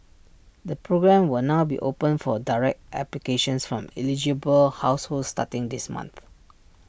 the programme will now be open for direct applications from eligible households starting this month